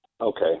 Okay